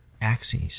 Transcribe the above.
axes